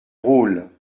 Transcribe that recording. rôles